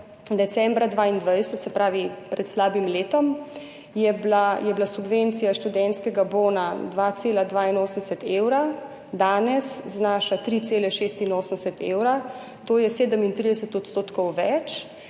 Decembra 2022, se pravi pred slabim letom, je bila subvencija študentskega bona 2,82 evra, danes znaša 3,86 evra, to je 37 % več,